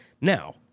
Now